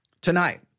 tonight